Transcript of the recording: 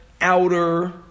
outer